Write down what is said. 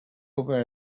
over